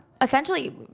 essentially